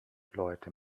leute